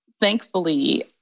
Thankfully